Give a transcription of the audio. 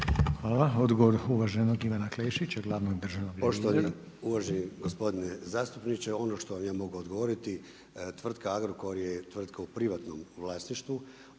Hvala. Odgovor uvaženog Ivana Klešića, glavnog državnog revizora. **Klešić, Ivan** Poštovani uvaženi gospodine zastupniče, ono što vam ja mogu odgovoriti, tvrtka Agrokor je tvrtka u privatnom vlasništvu,